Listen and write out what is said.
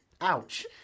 Ouch